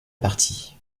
partie